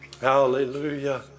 hallelujah